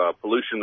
pollution